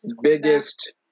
biggest